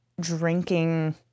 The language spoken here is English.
drinking